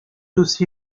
aussi